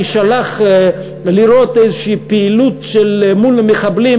נישלח לראות איזו פעילות מול מחבלים,